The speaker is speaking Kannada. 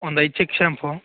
ಒಂದು ಐದು ಚಿಕ್ಕ ಶ್ಯಾಂಪು